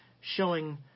showing